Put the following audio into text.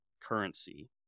currency